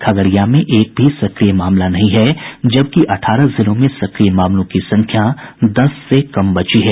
खगड़िया में एक भी सक्रिय मामला नहीं है जबकि अठारह जिलों में सक्रिय मामलों की संख्या दस से कम बची है